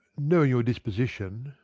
knowing your disposition,